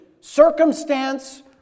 circumstance